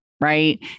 right